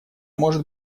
может